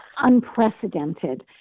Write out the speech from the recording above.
unprecedented